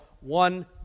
one